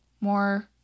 more